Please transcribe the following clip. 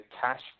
cash